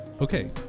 okay